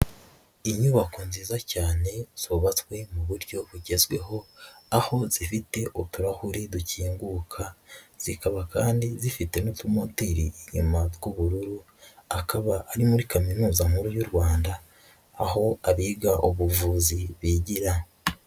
Inyubako nziza cyane zubatswe mu buryo bugezweho, aho zifite utuhure dukinguka zikaba kandi zifite n'utumoteri inyuma tw'ubururu, akaba ari muri kaminuza nkuru y'u Rwanda aho abiga ubuvuzi bigira.